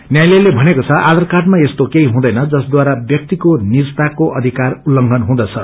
न्यायालयले भनेको द आयार काडमा यस्तो केही हुँदैन जसदारा व्याक्तिको निजताको अधिकार उल्लयन हुँदछ